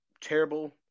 Terrible